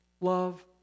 Love